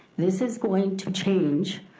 this is going to change.